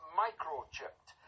microchipped